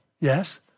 Yes